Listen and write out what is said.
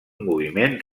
moviment